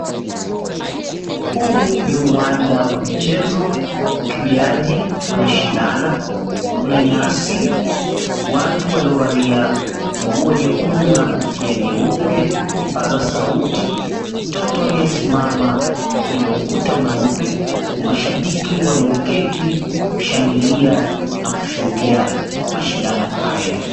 Huu ni uwanja wa michezo. Wakimbiaji wanashindana, kuna nyasi, watu waliovalia nguo nyekundu na kofia nyeupe, vipaza sauti, mtoto aliyesimama kwenye ukuta mweupe, mashabiki walioketi kushangilia na kushuhudia mashindano haya.